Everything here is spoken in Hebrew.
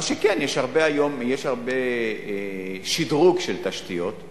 מה שכן, היום יש הרבה שדרוג של תשתיות.